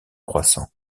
croissant